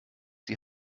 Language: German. die